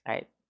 Right